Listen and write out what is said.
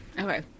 Okay